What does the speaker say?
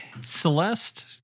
Celeste